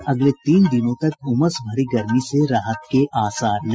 और अगले तीन दिनों तक उमस भरी गर्मी से राहत के आसार नहीं